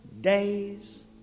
days